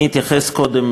אני אתייחס קודם,